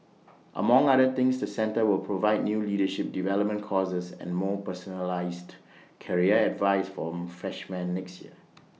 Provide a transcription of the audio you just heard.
among other things the centre will provide new leadership development courses and more personalised career advice from freshman next year